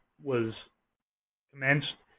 was commenced,